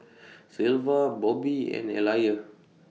Sylva Bobbi and Elijah